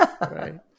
right